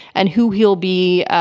and who he'll be